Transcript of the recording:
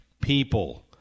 people